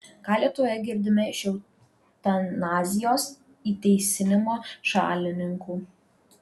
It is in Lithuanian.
ką lietuvoje girdime iš eutanazijos įteisinimo šalininkų